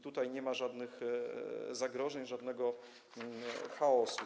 Tutaj nie ma żadnych zagrożeń, żadnego chaosu.